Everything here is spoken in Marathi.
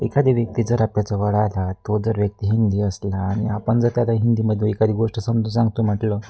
एखादी व्यक्ती जर आपल्याचा जवळ आला तो जर व्यक्ती हिंदी असला आणि आपण जर त्याला हिंदीमध्ये एखादी गोष्ट समजून सांगतो म्हटलं